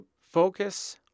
focus